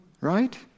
Right